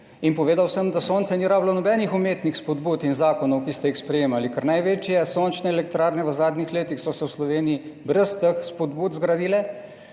in povedal sem, da sonce ni rabilo nobenih umetnih spodbud in zakonov, ki ste jih sprejemali, ker so se največje sončne elektrarne v zadnjih letih v Sloveniji brez teh spodbud zgradile.